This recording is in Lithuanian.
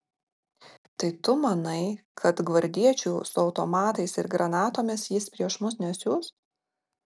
tai tu manai kad gvardiečių su automatais ir granatomis jis prieš mus nesiųs